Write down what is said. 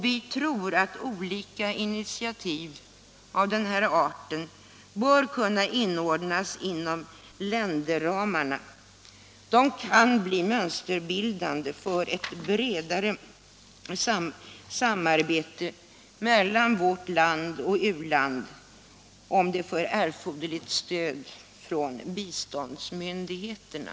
Vi tror att olika initiativ av denna art bör kunna inordnas inom länderramarna. Det kan bli mönsterbildande för ett bredare samarbete mellan vårt land och u-länderna om det får erforderligt stöd från biståndsmyndigheterna.